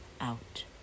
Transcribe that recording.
out